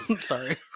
Sorry